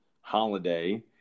holiday